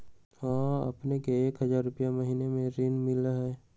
हां अपने के एक हजार रु महीने में ऋण मिलहई?